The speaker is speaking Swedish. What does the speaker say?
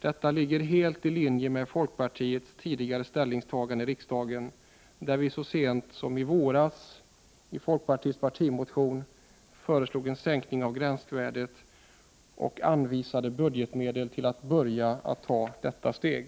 Detta ligger helt i linje med folkpartiets tidigare ställningstagande i riksdagen, där vi så sent som i våras i en partimotion föreslog en sänkning av gränsvärdet och anvisade budgetmedel till att börja att ta detta steg.